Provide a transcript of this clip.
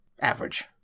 average